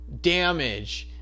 damage